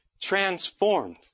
transformed